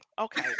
Okay